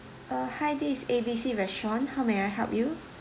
uh hi this is A B C restaurant how may I help you